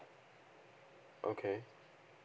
okay